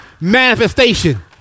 manifestation